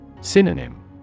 Synonym